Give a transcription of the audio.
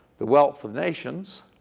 the wealth of nations.